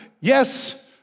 yes